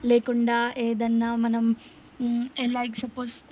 లేకుండా ఏదన్నా మనం లైక్ సపోజ్